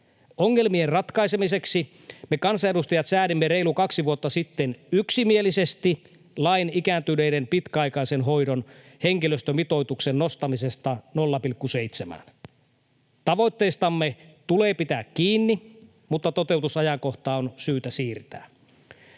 Ongelmien ratkaisemiseksi me kansanedustajat säädimme reilut kaksi vuotta sitten yksimielisesti lain ikääntyneiden pitkäaikaisen hoidon henkilöstömitoituksen nostamisesta 0,7:ään. Tavoitteestamme tulee pitää kiinni, mutta toteutusajankohtaa on syytä siirtää.